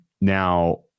Now